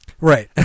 Right